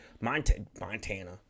Montana